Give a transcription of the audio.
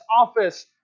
office